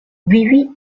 vivi